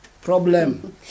Problem